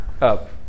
up